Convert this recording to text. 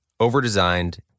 overdesigned